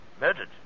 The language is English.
Murdered